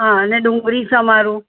હાં અને ડુંગળી સમારું